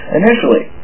initially